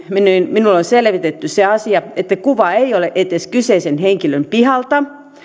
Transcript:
minulle on selvitetty se asia että kuva ei ole edes kyseisen henkilön pihalta